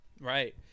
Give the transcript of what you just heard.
Right